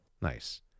Nice